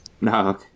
No